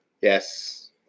Yes